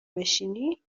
بشینی